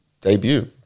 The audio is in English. debut